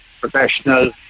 professional